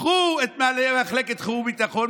קחו את מנהלי מחלקת חירום ביטחון.